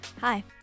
Hi